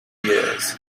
years